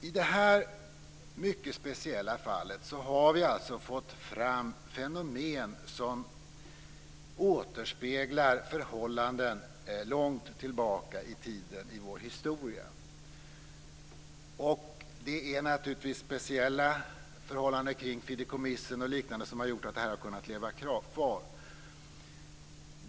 I det här mycket speciella fallet har vi fått fram fenomen som återspeglar förhållanden långt tillbaka i tiden i vår historia. Det är naturligtvis speciella förhållanden kring fideikommissen och liknande som har gjort att det här har kunnat leva kvar.